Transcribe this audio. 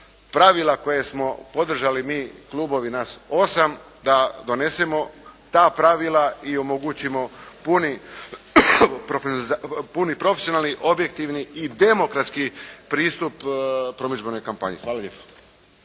pravila koje smo podržali mi klubovi, nas 8, da donesemo ta pravila i omogućimo puni profesionalni, objektivni i demokratski pristup promidžbenoj kampanji. Hvala lijepo.